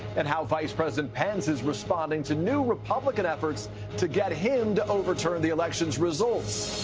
and how vice president pence is responding to new, republican efforts to get him to overturn the election's results.